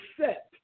set